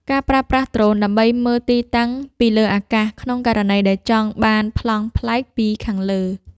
ការប្រើប្រាស់ដ្រូន ដើម្បីមើលទីតាំងពីលើអាកាស ក្នុងករណីដែលចង់បានប្លង់ប្លែកពីខាងលើ។